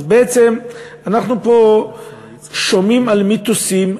אז בעצם אנחנו פה שומעים מיתוסים,